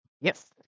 Yes